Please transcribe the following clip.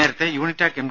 നേരത്തെ Unitac M